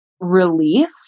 relief